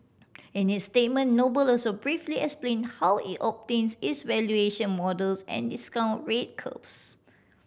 in its statement Noble also briefly explain how it obtains its valuation models and discount rate curves